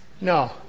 No